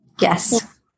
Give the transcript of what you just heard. Yes